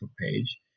page